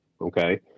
Okay